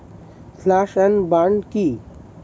Slash and burn কি?